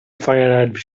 fire